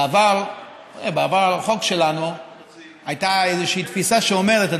בעבר הרחוק שלנו הייתה איזושהי תפיסה שאומרת,